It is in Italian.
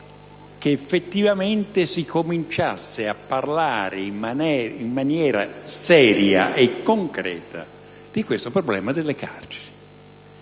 che effettivamente si cominciasse a parlare in maniera seria e concreta del problema delle carceri,